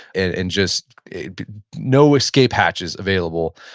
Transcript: and and just no escape hatches available.